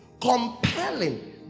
compelling